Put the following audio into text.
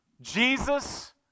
Jesus